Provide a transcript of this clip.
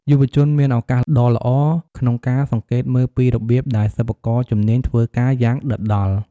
យុវជនមានឱកាសដ៏ល្អក្នុងការសង្កេតមើលពីរបៀបដែលសិប្បករជំនាញធ្វើការ យ៉ាងដិតដល់។